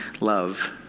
love